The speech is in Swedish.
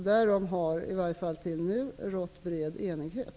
Därom har -- i varje fall till nu -- rått bred enighet.